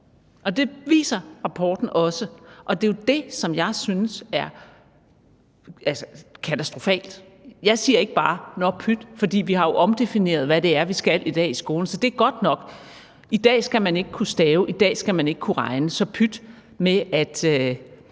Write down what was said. Det viser rapporten også, og det er jo det, som jeg synes er katastrofalt. Jeg siger ikke bare nå og pyt, for vi har jo omdefineret, hvad vi skal i dag i skolen, så det er godt nok. I dag skal man ikke kunne stave. I dag skal man ikke kunne regne; så pyt med, at